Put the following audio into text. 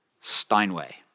Steinway